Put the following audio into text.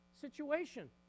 situation